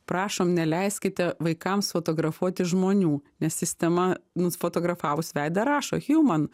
prašom neleiskite vaikams fotografuoti žmonių nes sistema nufotografavus veidą rašo hiuman